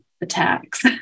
attacks